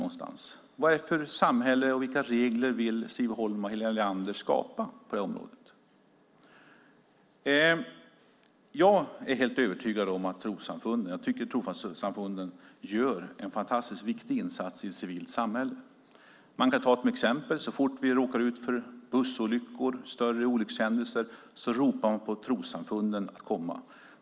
Vilket samhälle vill Siv Holma och Helena Leander skapa och vilka regler vill de ha på det här området? Jag är helt övertygad om att trossamfunden gör en fantastiskt viktig insats i civilsamhället. Så fort vi råkar ut för bussolyckor eller större olyckshändelser ropar man på trossamfunden.